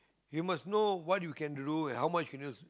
you must know what you can do and how much can you